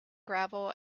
gravel